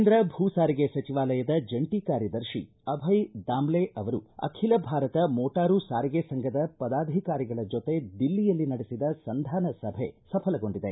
ಕೇಂದ್ರ ಭೂ ಸಾರಿಗೆ ಸಚಿವಾಲಯದ ಜಂಟ ಕಾರ್ಯದರ್ಶಿ ಅಭಯ್ ದಾಮ್ಲೆ ಅವರು ಅಖಿಲ ಭಾರತ ಮೋಟಾರು ಸಾರಿಗೆ ಸಂಘದ ಪದಾಧಿಕಾರಿಗಳ ಜೊತೆ ದಿಲ್ಲಿಯಲ್ಲಿ ನಡೆಸಿದ ಸಂಧಾನ ಸಭೆ ಸಫಲಗೊಂಡಿದೆ